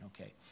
Okay